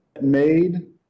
made